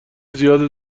زیاده